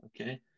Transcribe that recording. Okay